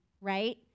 right